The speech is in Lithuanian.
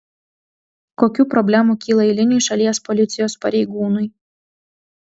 kokių problemų kyla eiliniui šalies policijos pareigūnui